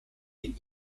des